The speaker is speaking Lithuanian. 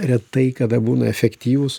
retai kada būna efektyvus